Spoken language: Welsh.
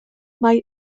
mae